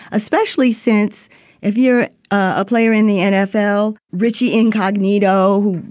especially since if you're a player in the nfl. richie incognito, who,